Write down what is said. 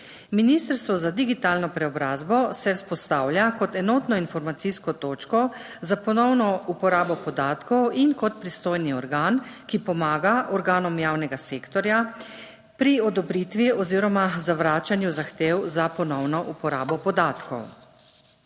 Ministrstvo za digitalno preobrazbo se vzpostavlja kot enotno informacijsko točko za ponovno uporabo podatkov in kot pristojni organ, ki pomaga organom javnega sektorja pri odobritvi oziroma zavračanju zahtev za ponovno uporabo podatkov.